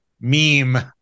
meme